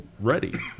Ready